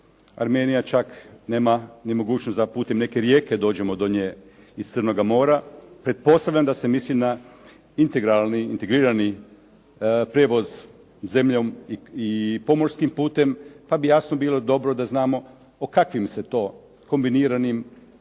Armenija nema čak ni mogućnost za putem neke rijeke dođemo do nje iz Crnoga mora, pretpostavljam da se misli na integrirani prijevoz zemljom i pomorskim putem, pa bi bilo dobro da znamo o kakvim se to kombiniranim